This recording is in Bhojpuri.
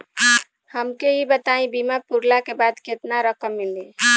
हमके ई बताईं बीमा पुरला के बाद केतना रकम मिली?